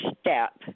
step